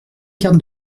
cartes